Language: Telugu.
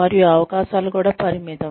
మరియు అవకాశాలు కూడా పరిమితం